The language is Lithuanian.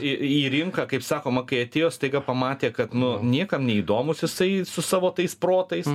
į rinką kaip sakoma kai atėjo staiga pamatė kad nu niekam neįdomus jisai su savo tais protais